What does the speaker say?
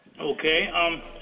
Okay